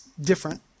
different